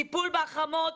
טיפול בחרמות